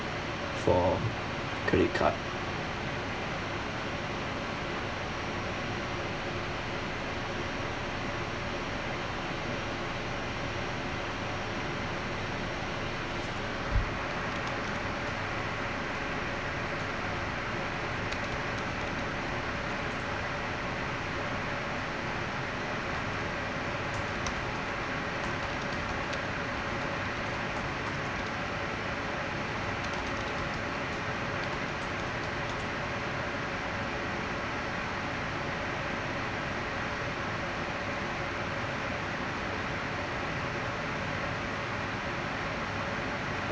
for credit card